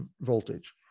voltage